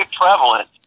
prevalent